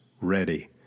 ready